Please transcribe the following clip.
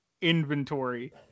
Inventory